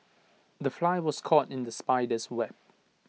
the fly was caught in the spider's web